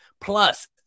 Plus